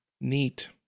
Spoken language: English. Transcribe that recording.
Neat